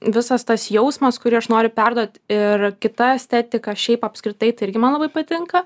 visas tas jausmas kurį aš noriu perduot ir kita estetika šiaip apskritai tai irgi man labai patinka